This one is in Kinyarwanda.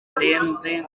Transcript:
yarenze